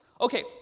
Okay